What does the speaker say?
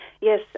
Yes